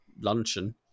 luncheon